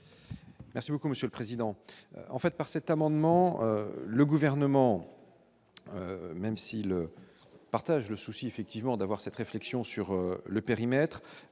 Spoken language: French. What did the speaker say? Merci beaucoup monsieur le président, en fait, par cet amendement, le gouvernement, même s'il partage le souci effectivement d'avoir cette réflexion sur le périmètre